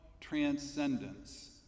transcendence